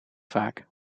vaak